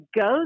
go